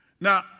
Now